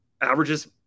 averages